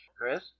Chris